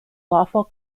lawful